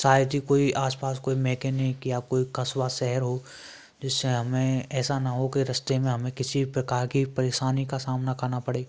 शायद ही कोई आसपास कोई मैकेनिक या कोई क़स्बा शहर हो जिससे हमें ऐसा ना हो की रास्ते में हमें किसी प्रकार की परेशानी का सामना करना पड़े